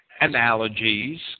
analogies